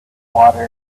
water